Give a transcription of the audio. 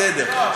בסדר.